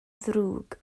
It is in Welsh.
ddrwg